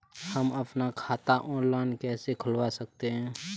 हम अपना खाता ऑनलाइन कैसे खुलवा सकते हैं?